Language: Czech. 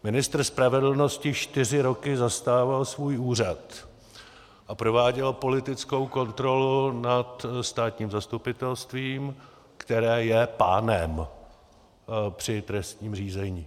Ministr spravedlnosti čtyři roky zastával svůj úřad a prováděl politickou kontrolu nad státním zastupitelstvím, které je pánem při trestním řízení.